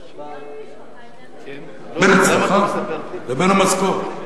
בין הצלחה ובין משכורת.